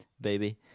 baby